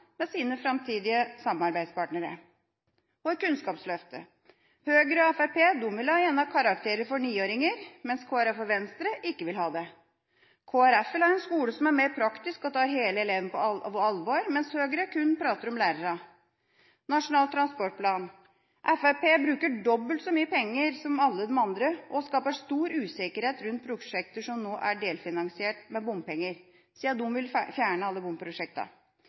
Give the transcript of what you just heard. med sine framtidige samarbeidspartnere. Når det gjelder Kunnskapsløftet: Høyre og Fremskrittspartiet vil gjerne ha karakterer for 9-åringer, mens Kristelig Folkeparti og Venstre ikke vil ha det. Kristelig Folkeparti vil ha en skole som er mer praktisk og tar hele eleven på alvor, mens Høyre kun snakker om lærerne. Når det gjelder Nasjonal transportplan: Fremskrittspartiet bruker dobbelt så mye penger som alle de andre og skaper stor usikkerhet rundt prosjekter som nå er delfinansiert med bompenger – siden de vil fjerne alle